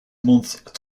month